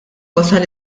wasal